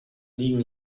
liegen